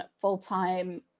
full-time